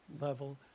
level